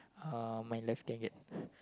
uh my life can get